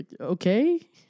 okay